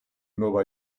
nueva